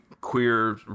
queer